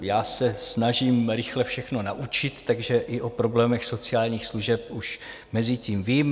Já se snažím rychle všechno naučit, takže i o problémech sociálních služeb už mezitím vím.